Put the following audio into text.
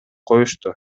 коюшту